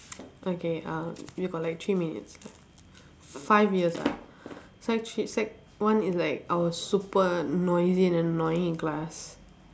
okay uh we got like three minutes five years ah sec three sec one is like I was super noisy and annoying in class